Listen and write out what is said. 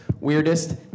weirdest